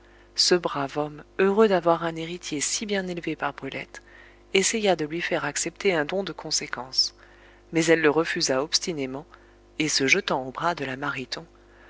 ce brave homme heureux d'avoir un héritier si bien élevé par brulette essaya de lui faire accepter un don de conséquence mais elle le refusa obstinément et se jetant aux bras de la mariton